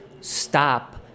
stop